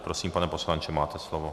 Prosím, pane poslanče, máte slovo.